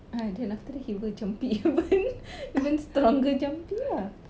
ah then after that he will jampi even stronger jampi lah